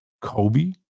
Kobe